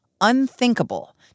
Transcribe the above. unthinkable